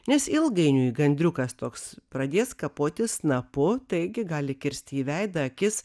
nes ilgainiui gandriukas toks pradės kapoti snapu taigi gali kirsti į veidą akis